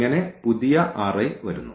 അങ്ങനെ പുതിയ വരുന്നു